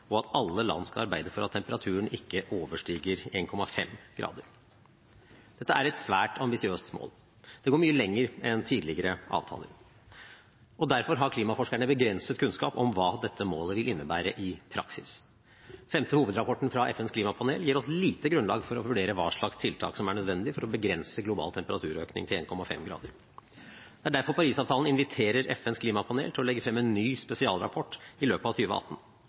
og at alle land skal arbeide for at temperaturen ikke overstiger 1,5 grader. Dette er et svært ambisiøst mål. Det går mye lenger enn tidligere avtaler, og derfor har klimaforskerne begrenset kunnskap om hva dette målet vil innebære i praksis. Femte hovedrapport fra FNs klimapanel gir oss lite grunnlag for å vurdere hva slags tiltak som er nødvendig for å begrense global temperaturøkning til 1,5 grader. Det er derfor Paris-avtalen inviterer FNs klimapanel til å legge frem en ny spesialrapport i løpet av